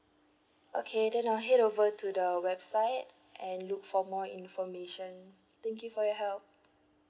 okay then I'll head over to the website and look for more information thank you for your help